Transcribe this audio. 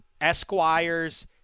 Esquire's